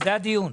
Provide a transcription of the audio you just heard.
זה הדיון.